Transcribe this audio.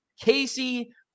Casey